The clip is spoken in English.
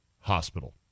hospital